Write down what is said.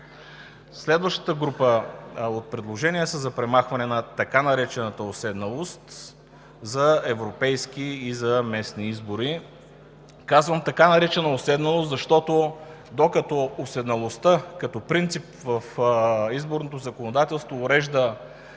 Следващата група от предложения са за премахване на така наречената уседналост за европейски и за местни избори. Казвам „така наречена уседналост“, защото, докато уседналостта като принцип в изборното законодателство урежда